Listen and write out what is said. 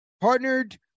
partnered